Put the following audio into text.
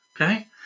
Okay